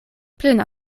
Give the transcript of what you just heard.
plena